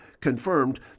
confirmed